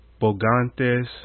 Bogantes